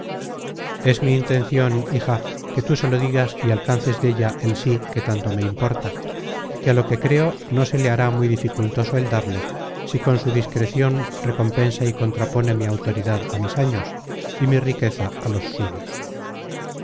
es mi intencion hija que tú se lo digas y alcances della el sí que tanto me importa que á lo que creo no se le hará muy dificultoso el darle si con su discrecion recompensa y contrapone mi autoridad á mis años y mi riqueza á los suyos